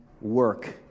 Work